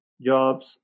jobs